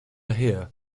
here